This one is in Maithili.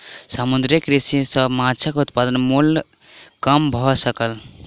समुद्रीय कृषि सॅ माँछक उत्पादन मूल्य कम भ सकल